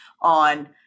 on